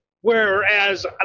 whereas